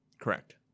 Correct